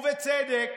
ובצדק,